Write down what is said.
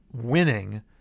winning